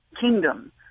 kingdom